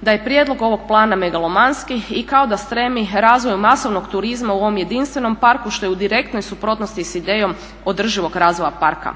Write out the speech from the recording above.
da je prijedlog ovog plana megalomanski i kao da stremi razvoju masovnog turizma u ovom jedinstvenom parku što je u direktnoj suprotnosti sa idejom održivog razvoja parka.